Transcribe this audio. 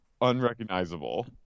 unrecognizable